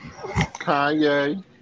Kanye